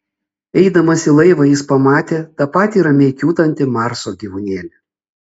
eidamas į laivą jis pamatė tą patį ramiai kiūtantį marso gyvūnėlį